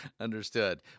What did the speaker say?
Understood